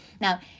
now